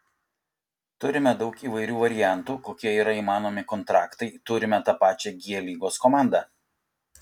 turime daug įvairių variantų kokie yra įmanomi kontraktai turime tą pačią g lygos komandą